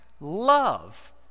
love